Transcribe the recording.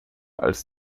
als